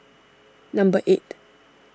number eight